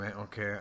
okay